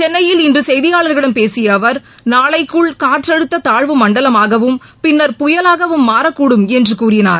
சென்னையில் இன்றுசெய்தியாளர்களிடம் பேசியஅவர் நாளைக்குள் காற்றழுத்ததாழ்வு மண்டலமாகவும் பின்னர் புயலாகவும் மாறக்கூடும் என்றுகூறினார்